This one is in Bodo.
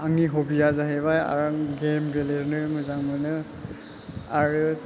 आंनि हबिया जाहैबाय आं गेम गेलेनो मोजां मोनो आरो